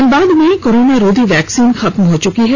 धनबाद में कोरोना रोधी वैक्सीन खत्म हो चुकी है